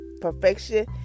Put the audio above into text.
perfection